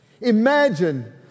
Imagine